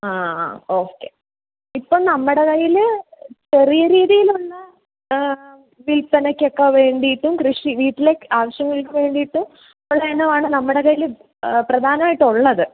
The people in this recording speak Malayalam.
ആ ഓക്കെ ഇപ്പം നമ്മുടെ കയ്യിൽ ചെറിയ രീതിയിലുള്ള വില്പനക്കൊക്കെ വേണ്ടിയിട്ടും കൃഷി വീട്ടിലെ ആവശ്യങ്ങൾക്ക് വേണ്ടിയിട്ടും ഉള്ള ഇനമാണ് നമ്മുടെ കയ്യിൽ പ്രധാനമായിട്ടും ഉള്ളത്